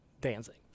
dancing